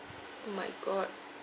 my god